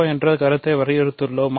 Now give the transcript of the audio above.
வ என்ற கருத்தை வரையறுத்துள்ளோம்